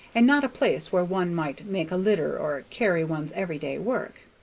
and not a place where one might make a litter or carry one's every-day work.